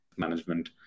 management